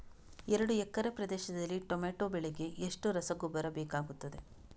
ಎರಡು ಎಕರೆ ಪ್ರದೇಶದಲ್ಲಿ ಟೊಮ್ಯಾಟೊ ಬೆಳೆಗೆ ಎಷ್ಟು ರಸಗೊಬ್ಬರ ಬೇಕಾಗುತ್ತದೆ?